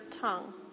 tongue